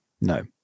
No